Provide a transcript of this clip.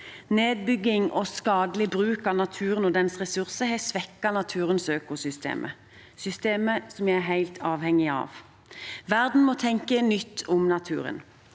avskoging i Norge skadelig bruk av naturen og dens ressurser har svekket naturens økosystemer, systemer vi er helt avhengige av. Verden må tenke nytt om naturen.